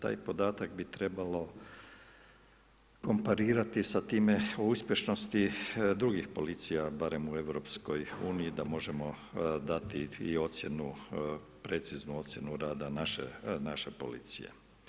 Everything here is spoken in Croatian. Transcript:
Taj podatak bi trebalo komparirati sa time o uspješnosti i drugih policija barem u EU da možemo dati ocjenu preciznu ocjenu rada naše policije.